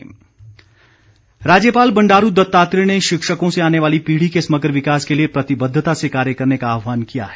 शिक्षक दिवस राज्यपाल बंडारू दत्तात्रेय ने शिक्षकों से आने वाली पीढ़ी के समग्र विकास के लिए प्रतिबद्धता से कार्य करने का आहवान किया है